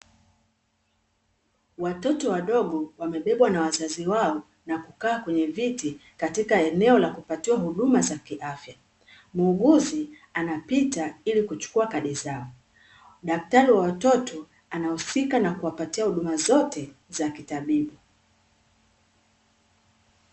Watoto wadogo wamebebwa na wazazi wao na kukaa kwenye viti, katika eneo la kupatiwa huduma za kiafya, muuguzi anapita ili kuchukua kadi zao, daktari wa watoto anahusika na kuwapatia huduma zote za kitabibu.